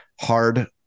hard